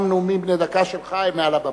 גם נאומים בני דקה שלך הם מעל הבמה.